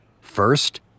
First